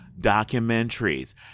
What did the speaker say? documentaries